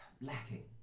lacking